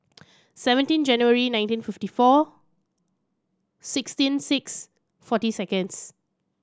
seventeen January nineteen fifty four sixteen six forty seconds